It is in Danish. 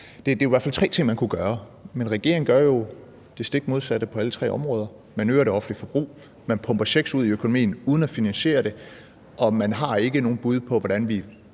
fald tre ting, man kunne gøre, men regeringen gør jo det stik modsatte på alle tre områder: Man øger det offentlige forbrug, man pumper checks ud i økonomien uden at finansiere det, og man har ikke nogen bud på, hvordan vi